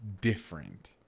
different